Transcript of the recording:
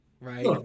right